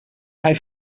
hij